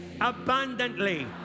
abundantly